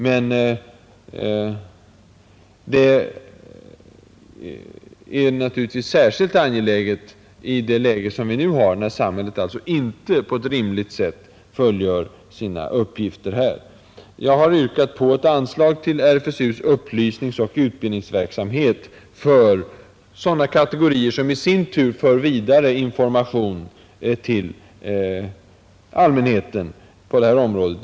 Men det är särskilt angeläget i det läge som vi nu har, när samhället alltså inte på ett rimligt sätt fullgör sina uppgifter i detta avseende. Jag har yrkat på ett anslag till RFSU:s upplysningsoch utbildningsverksamhet för sådana kategorier som i sin tur för vidare information till allmänheten på det här området.